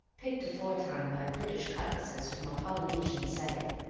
picked aforetime by british cutlasses from a polynesian setting,